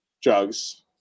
drugs